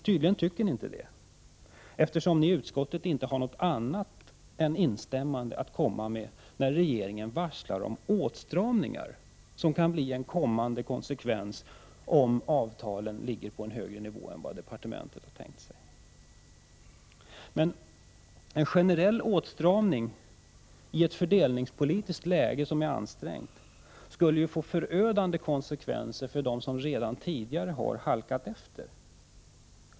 Tydligen tycker ni inte det, eftersom ni i utskottet inte har något annat än instämma att komma med, när regeringen varslar om åtstramningar som en konsekvens av ett eventuellt högre löneavtal än vad man i finansdepartementet önskar sig. En generell åtstramning skulle i det ansträngda fördelningspolitiska läge som uppstått få förödande konsekvenser för dem som redan tidigare har halkat efter.